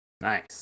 nice